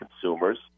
consumers